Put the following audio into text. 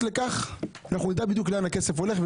לכך אנחנו נדע בדיוק לאן הכסף הולך,